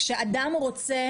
כאשר אדם רוצה